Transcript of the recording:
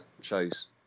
chose